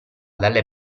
dalle